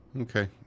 Okay